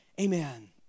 Amen